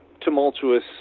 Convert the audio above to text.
tumultuous